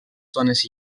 zones